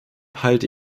halte